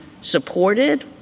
supported